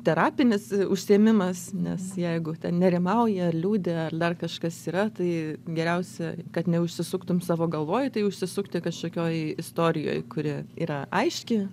terapinis užsiėmimas nes jeigu nerimauja liūdi ar dar kažkas yra tai geriausia kad neužsisuktum savo galvoj tai užsisukti kažkokioj istorijoj kuri yra aiški